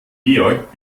georg